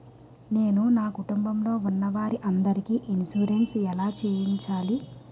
నేను నా కుటుంబం లొ ఉన్న వారి అందరికి ఇన్సురెన్స్ ఎలా చేయించాలి?